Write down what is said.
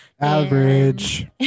Average